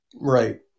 Right